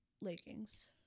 leggings